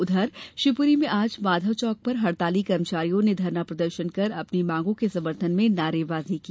उधर शिवपुरी में आज माधवचौक पर हड़ताली कर्मचारियों ने धरना प्रदर्शन कर अपनी मांगों के समर्थन में नारेबाजी की